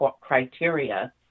criteria